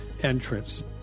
entrance